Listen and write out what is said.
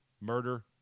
murder